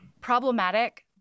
problematic